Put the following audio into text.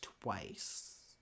twice